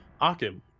Akim